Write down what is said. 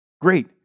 Great